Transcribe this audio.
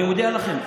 אני מודיע לכם,